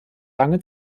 lange